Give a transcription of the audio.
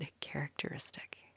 characteristic